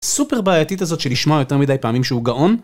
סופר בעייתית הזאת שלישמע יותר מדי פעמים שהוא גאון